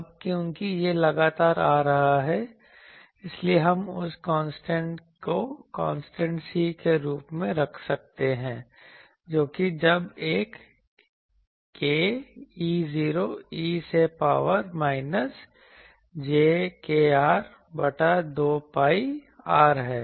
अब क्योंकि यह लगातार आ रहा है इसलिए हम उस कांस्टेंट को कांस्टेंट C के रूप में रख सकते हैं जो कि j ab k E0 e से पावर माइनस j kr बटा 2 pi r है